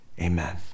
Amen